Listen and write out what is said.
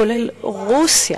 כולל רוסיה,